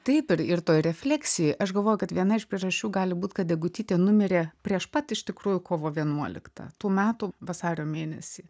taip ir refleksijoj aš galvoju kad viena iš priežasčių gali būt kad degutytė numirė prieš pat iš tikrųjų kovo vienuoliktą tų metų vasario mėnesį